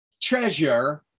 treasure